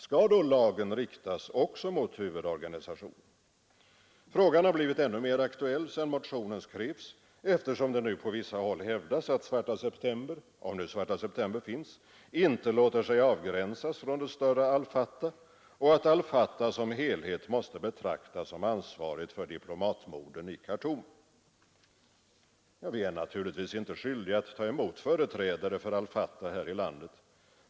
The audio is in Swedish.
Skall då lagen riktas också mot huvudorganisationen? Frågan har blivit ännu mer aktuell sedan motionen skrevs, eftersom det nu på vissa håll hävdas att Svarta september — om Svarta september alls finns — inte låter sig avgränsas från det större al Fatah och att al Fatah som helhet måste betraktas som ansvarigt för diplomatmorden i Khartoum. Vi är naturligtvis inte skyldiga att ta emot företrädare för al Fatah här i landet.